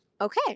Okay